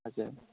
हजुर